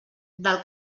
del